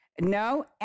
No